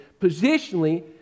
positionally